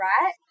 right